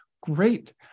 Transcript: Great